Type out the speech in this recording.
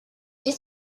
did